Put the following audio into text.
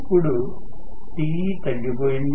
ఇప్పుడు Te తగ్గిపోయయింది